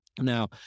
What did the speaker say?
now